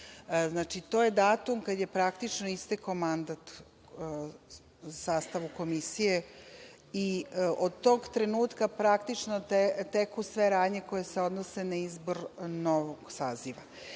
Znači, to je datum kada je istekao mandat sastavu komisije i od tog trenutka teku sve radnje koje se odnose na izbor novog saziva.